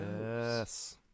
Yes